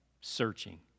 searching